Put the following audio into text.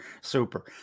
super